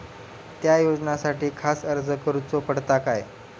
त्या योजनासाठी खास अर्ज करूचो पडता काय?